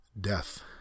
Death